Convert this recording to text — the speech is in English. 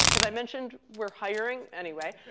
have i mentioned we're hiring? anyway,